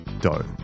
dough